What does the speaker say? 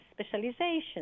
specialization